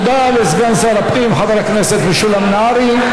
תודה לסגן שר הפנים חבר הכנסת משולם נהרי.